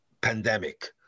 pandemic